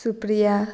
Supriya